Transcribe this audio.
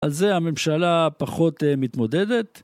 על זה הממשלה פחות מתמודדת.